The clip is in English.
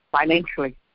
financially